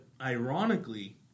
ironically